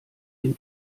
den